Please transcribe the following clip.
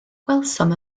gwelsom